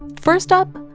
first up,